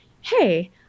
Hey